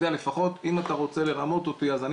לפחות אם אתה רוצה לרמות אותי אז אני